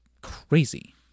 crazy